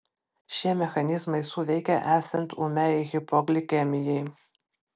šie mechanizmai suveikia esant ūmiai hipoglikemijai